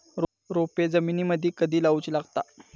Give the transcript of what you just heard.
रोपे जमिनीमदि कधी लाऊची लागता?